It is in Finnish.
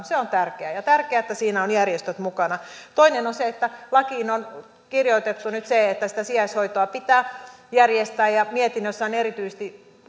se on tärkeää ja on tärkeää että siinä on järjestöt mukana toinen on se että lakiin on kirjoitettu nyt se että sitä sijaishoitoa pitää järjestää ja mietinnössä on erityisesti